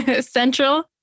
central